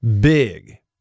big